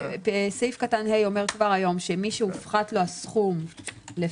סעיף קטן (ה) אומר כבר היום שמי שהופחת לו הסכום לפי